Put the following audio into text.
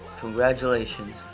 congratulations